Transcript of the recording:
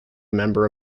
member